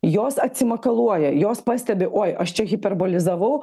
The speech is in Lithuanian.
jos atsimakaluoja jos pastebi oi aš čia hiperbolizavau